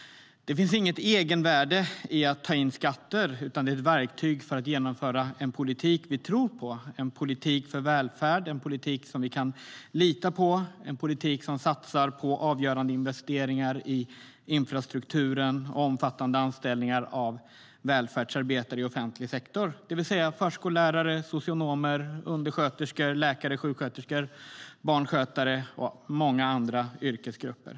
Det finns inget egenvärde i att ta in skatter, utan det är ett verktyg för att genomföra den politik vi tror på. Det är en politik för välfärd, en politik vi kan lita på och en politik som satsar på avgörande investeringar i infrastrukturen och omfattande anställningar av välfärdsarbetare i offentlig sektor, det vill säga förskollärare, socionomer, undersköterskor, läkare, sjuksköterskor, barnskötare och många andra yrkesgrupper.